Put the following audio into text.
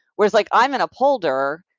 whereas, like i'm an upholder,